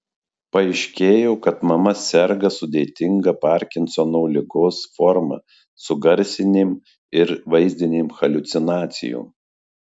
paaiškėjo kad mama serga sudėtinga parkinsono ligos forma su garsinėm ir vaizdinėm haliucinacijom